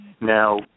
Now